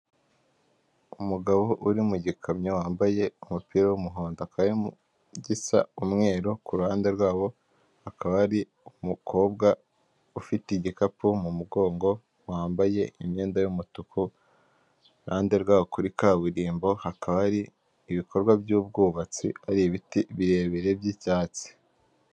Umugabo uri mu gikamyo wambaye umupira w'umuhondo akaba ari mu gisa umweru ku ruhande rwabo hakaba hari umukobwa ufite igikapu mu mugongo wambaye imyenda y'umutuku, iruhande rwabo kuri kaburimbo hakaba hari ibikorwa by'ubwubatsi ari ibiti birebire by'icyatsi.